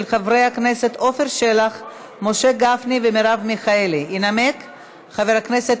של חבר הכנסת דב חנין וקבוצת חברי הכנסת,